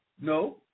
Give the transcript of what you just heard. No